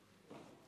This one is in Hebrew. ההצבעה?